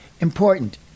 important